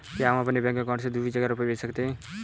क्या हम अपने बैंक अकाउंट से दूसरी जगह रुपये भेज सकते हैं?